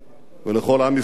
ולכל עם ישראל: